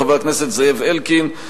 חבר הכנסת זאב אלקין,